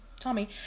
Tommy